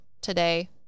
today